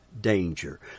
danger